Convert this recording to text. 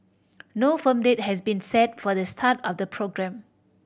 no firm date has been set for the start of the programme